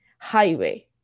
Highway